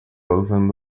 usando